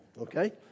okay